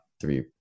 three